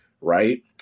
right